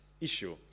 issue